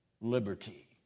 liberty